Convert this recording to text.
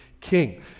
king